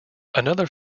another